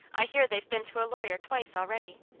i hear they've been to a lawyer twice, already.